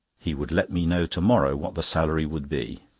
he would let me know to-morrow what the salary would be.